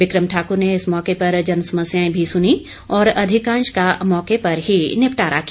बिक्रम ठाकुर ने इस मौके पर जनसमस्याएं भी सुनी और अधिकांश का मौके पर ही निपटारा किया